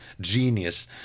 genius